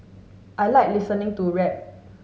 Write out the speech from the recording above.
I like listening to rap